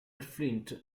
flint